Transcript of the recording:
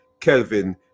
Kelvin